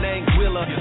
Anguilla